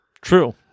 True